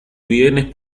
bienes